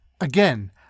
Again